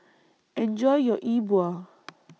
Enjoy your E Bua